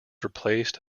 replaced